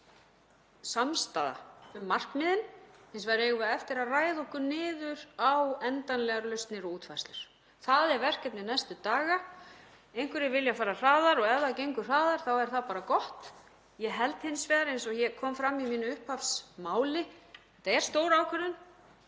samstaða um markmiðin. Hins vegar eigum við eftir að ræða okkur niður á endanlegar lausnir og útfærslur. Það er verkefni næstu daga, einhverjir vilja fara hraðar og ef það gengur hraðar þá er það bara gott. Þetta er hins vegar, eins og ég nefndi í mínu upphafsmáli, stór ákvörðun.